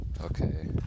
Okay